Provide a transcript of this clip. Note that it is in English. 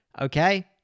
Okay